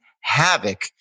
havoc